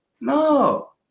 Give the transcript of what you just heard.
no